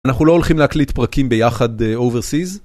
אנחנו לא הולכים להקליט פרקים ביחד אוברסיז